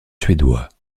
suédois